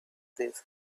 this